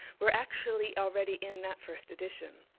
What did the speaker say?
were actually already in that first edition.